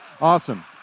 Awesome